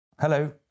Hello